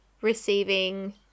receiving